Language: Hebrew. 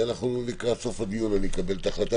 לקראת סוף הדיון אני אקבל את ההחלטה,